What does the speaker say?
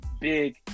big